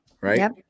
Right